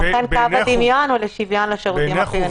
ולכן קו הדמיון הוא לשוויון לשירותים החיוניים.